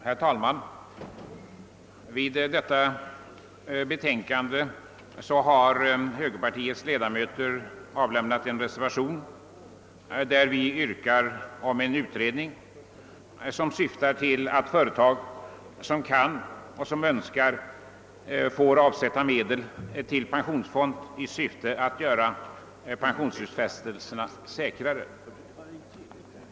Herr talman! Till detta betänkande har utskottets högerledamöter fogat en reservation, vari vi yrkar på en utredning angående rätt för företag som så kan och önskar att avsätta medel till pensionsfond i syfte att göra pensionsutfästelserna säkrare.